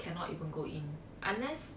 cannot even go in unless